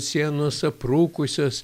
sienos aprūkusios